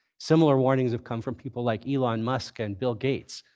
similar warnings have come from people like elon musk and bill gates.